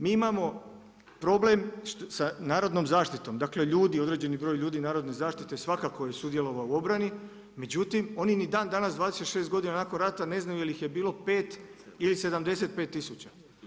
Mi imamo problem sa narodnom zaštitom dakle određeni broj ljudi narodne zaštite svakako je sudjelovao u obrani, međutim oni ni dan danas 26 godina nakon rata ne znaju jel ih je bilo pet ili 75 tisuća.